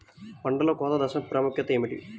పంటలో కోత దశ ప్రాముఖ్యత ఏమిటి?